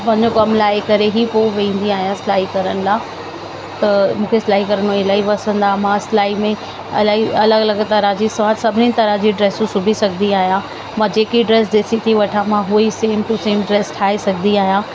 पंहिंजो कमु लाहे करे ई पोइ विहंदी आहियां सिलाई करण लाइ त मूंखे सिलाई करिणो इलाही पसंदि आहे मां सिलाई में इलाही अलॻि अलॻि तरह जी सुवा सभिनी तरह जूं ड्रेसूं सुबी सघंदी आहियां मां जेकी ड्रेस ॾिसी थी वठां मां हूअ ई सेम टू सेम ड्रेस ठाहे सघंदी आहियां